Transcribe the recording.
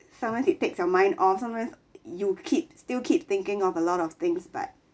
sometimes it takes your mind of sometimes you keep still keep thinking of a lot of things but